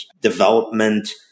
development